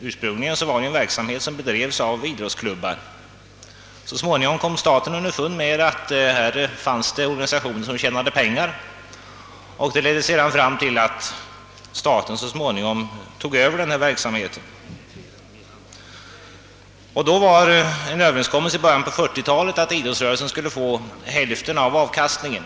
Ursprungligen bedrevs den av idrottsklubbar, men så kom staten underfund med att detta var en organisation som tjänade pengar, och det ledde fram till att staten så småningom tog över verksamheten. I början på 1940-talet fanns en överenskommelse, att idrottsrörelsen skulle få hälften av avkastningen.